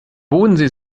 bodensee